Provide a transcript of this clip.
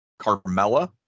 Carmella